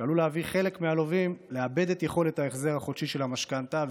שעלול להביא חלק מהלווים לאבד את יכולת ההחזר החודשי של המשכנתה,